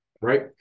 right